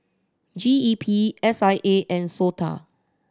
G E P S I A and SOTA